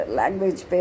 language